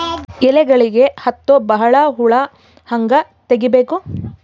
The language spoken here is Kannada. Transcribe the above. ಎಲೆಗಳಿಗೆ ಹತ್ತೋ ಬಹಳ ಹುಳ ಹಂಗ ತೆಗೀಬೆಕು?